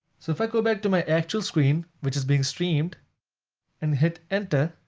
so if i go back to my actual screen, which is being streamed and hit enter,